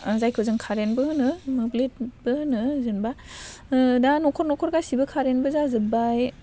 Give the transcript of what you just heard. जायखौ जों कारेनबो होनो मोब्लिबबो होनो जेन'बा दा न'खर न'खर गासैबो कारेनबो जाजोबबाय